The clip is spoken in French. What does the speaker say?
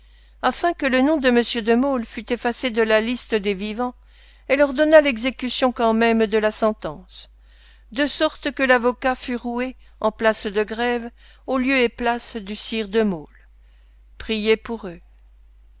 afin que le nom de m de maulle fût effacé de la liste des vivants elle ordonna l'exécution quand même de la sentence de sorte que l'avocat fut roué en place de grève au lieu et place du sire de maulle priez pour eux